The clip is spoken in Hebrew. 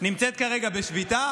נמצאת כרגע בשביתה?